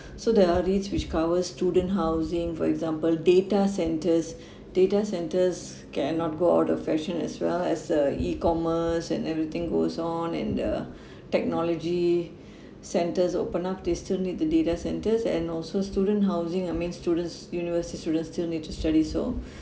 so there are REITS which covers student housing for example data centres data centres cannot go out of fashion as well as uh E commerce and everything goes on and the technology centres opened up they still need the data centres and also student housing I mean students university students still need to study so